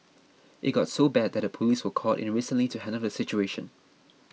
it got so bad that the police were called in recently to handle the situation